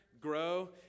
grow